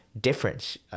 difference